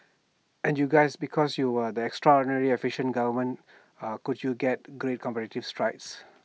and you guys because you were the extraordinarily efficiently government could you get great competitive strides